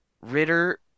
ritter